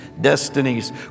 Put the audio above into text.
destinies